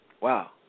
Wow